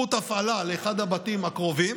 יש חוט הפעלה לאחד הבתים הקרובים,